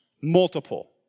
Multiple